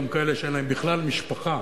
גם כאלה שאין להם בכלל משפחה